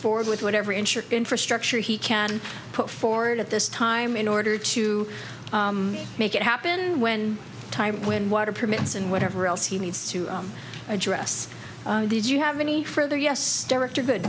forward with whatever insured infrastructure he can put forward at this time in order to make it happen when time when water permits and whatever else he needs to address these you have any further yes director